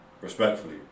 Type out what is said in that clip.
Respectfully